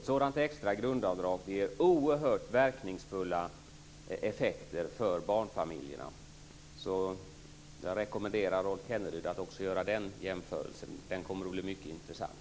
Ett sådant extra grundavdrag ger oerhört verkningsfulla effekter för barnfamiljerna. Jag rekommenderar Rolf Kenneryd att också göra den jämförelsen. Den kommer att bli mycket intressant.